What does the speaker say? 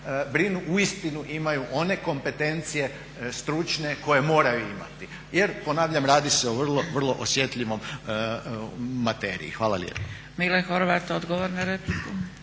brinu uistinu imaju one kompetencije stručne koje moraju imati. Jer ponavljam, radi se o vrlo osjetljivoj materiji. Hvala lijepo.